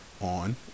On